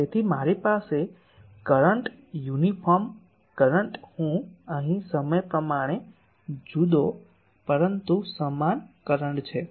તેથી મારી પાસે કરંટ યુનિફોર્મ કરંટ હું અહીં સમય પ્રમાણે જુદો પરંતુ સમાન કરંટ છે